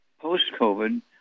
post-COVID